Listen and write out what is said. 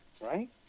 right